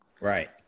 Right